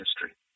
history